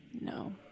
No